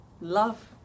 love